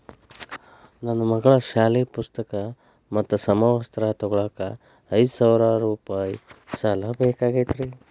ನನ್ನ ಮಗಳ ಸಾಲಿ ಪುಸ್ತಕ್ ಮತ್ತ ಸಮವಸ್ತ್ರ ತೊಗೋಳಾಕ್ ಐದು ಸಾವಿರ ರೂಪಾಯಿ ಸಾಲ ಬೇಕಾಗೈತ್ರಿ